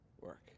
work